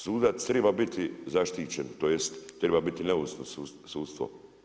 Sudac treba biti zaštićen, tj. treba biti neovisno sudstvo.